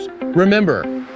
Remember